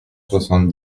soixante